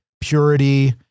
purity